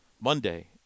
Monday